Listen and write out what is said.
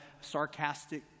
sarcastic